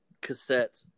cassette